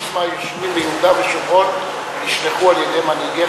90% מהיושבים ביהודה ושומרון נשלחו על-ידי מנהיגיך,